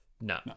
no